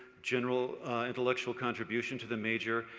general intellectual contribution to the major,